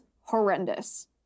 horrendous